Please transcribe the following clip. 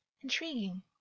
intriguing